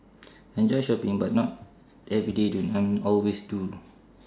I enjoy shopping but not everyday doing then always do